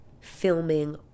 filming